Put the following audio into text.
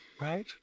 Right